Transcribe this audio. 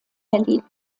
berlin